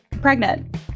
Pregnant